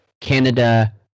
Canada